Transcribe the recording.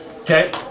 Okay